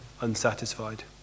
unsatisfied